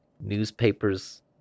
newspapers